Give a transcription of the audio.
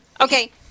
Okay